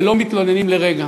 ולא מתלוננים לרגע.